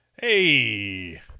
Hey